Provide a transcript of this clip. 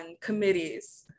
committees